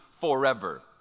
forever